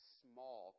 small